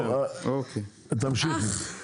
תמשיכו.